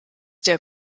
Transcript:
der